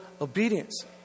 obedience